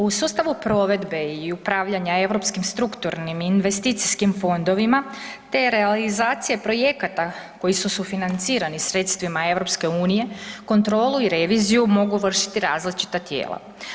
U sustavu provedbe i upravljanja europskim strukturnim i investicijskim fondovima te realizacije projekata koji su sufinancirani sredstvima EU, kontrolu i reviziju mogu vršiti različita tijela.